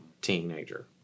teenager